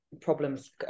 problems